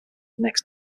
next